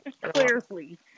Clearly